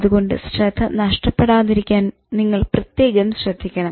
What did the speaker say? അതുകൊണ്ട് ശ്രദ്ധ നഷ്ടപെടുത്താതിരിക്കാൻ നിങ്ങൾ പ്രത്യേകം ശ്രദ്ധിക്കണം